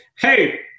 Hey